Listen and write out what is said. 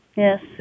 Yes